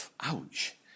ouch